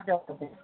हजुर